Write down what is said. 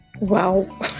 Wow